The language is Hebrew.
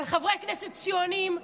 על חברי כנסת ציונים,